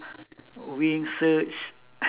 wing search